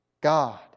God